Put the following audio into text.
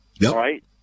right